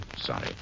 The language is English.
sorry